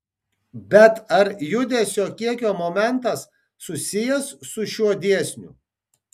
bet ar judesio kiekio momentas susijęs su šiuo dėsniu